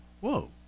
whoa